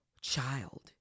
child